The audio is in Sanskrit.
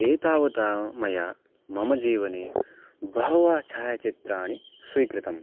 एतावत् मया मम जीवने बहवः छायचित्राणि स्वीकृतम्